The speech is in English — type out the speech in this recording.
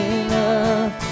enough